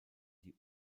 die